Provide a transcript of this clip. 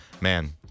Man